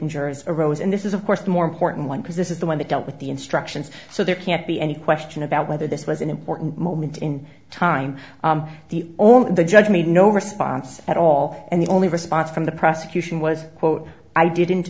jurors arose and this is of course the more important one because this is the one that dealt with the instructions so there can't be any question about whether this was an important moment in time the only the judge made no response at all and the only response from the prosecution was quote i didn't